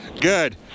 Good